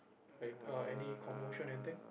like uh any commotion anything